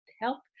help